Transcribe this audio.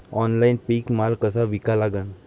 Online पीक माल कसा विका लागन?